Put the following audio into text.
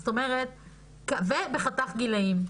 ובחתך גילאים,